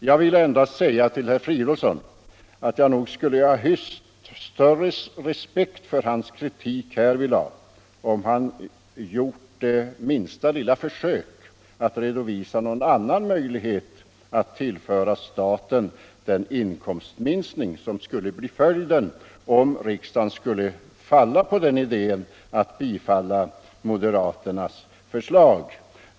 Jag vill endast säga till herr Fridolfsson att jag nog skulle ha hyst större respekt för hans kritik härvidlag, om han gjort det minsta lilla försök att redovisa någon annan möjlighet att tillföra staten ersättning för den inkomstminskning som skulle bli följden, om riksdagen skulle komma på idén att bifalla moderaternas förslag.